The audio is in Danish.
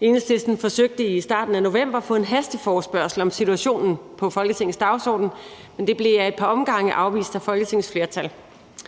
Enhedslisten forsøgte i starten af november at få en hasteforespørgsel om situationen på Folketingets dagsorden, men det blev ad et par omgange afvist af Folketingets flertal.